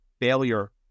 failure